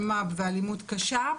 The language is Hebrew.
אלמ"ב ואלימות קשה,